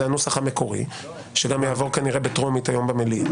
הנוסח המקורי שגם יעבור כנראה בטרומית היום במליאה,